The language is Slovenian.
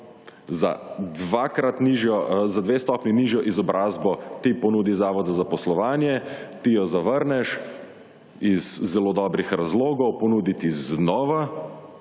za dve stopnji nižjo izobrazbo ti ponudi zavod za zaposlovanje, ti jo zavrneš iz zelo dobrih razlogov, ponudi ti znova